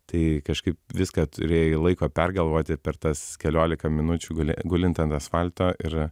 tai kažkaip viską turėjai laiko pergalvoti ir per tas keliolika minučių guli gulint ant asfalto ir